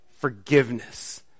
forgiveness